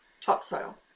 topsoil